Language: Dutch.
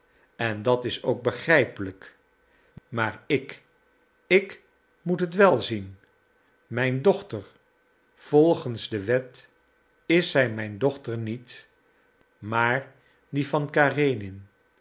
en dat is ook begrijpelijk maar ik ik moet het wel zien mijn dochter volgens de wet is zij mijn dochter niet maar die van